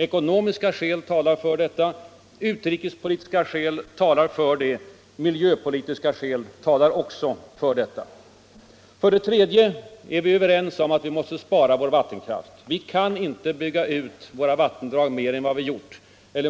Ekonomiska skäl, utrikespolitiska skäl och också miljöpolitiska skäl talar för detta. För det tredje har vi inriktat oss på att spara vattenkraft. Vi vill inte bygga ut våra vattendrag stort mer än vad vi gjort. För